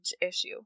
issue